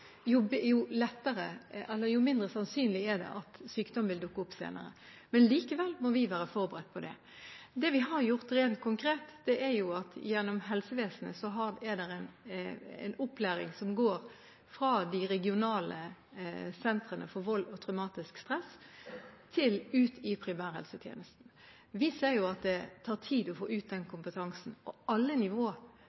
jo mindre sannsynlig er det at sykdom vil dukke opp senere. Likevel må vi være forberedt på det. Det vi rent konkret har gjort, er at helsevesenet har fått til en opplæring som går fra de regionale sentrene for vold og traumatisk stress ut til primærhelsetjenesten. Vi ser at det tar tid å få